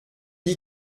dit